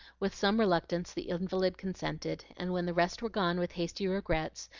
with some reluctance the invalid consented and when the rest were gone with hasty regrets,